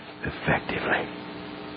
effectively